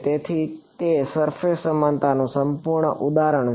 તેથી તે સરફેસ સમાનતાનું સંપૂર્ણ ઉદાહરણ છે